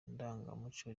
ndangamuco